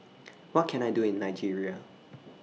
What Can I Do in Nigeria